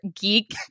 geek